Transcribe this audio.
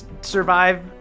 survive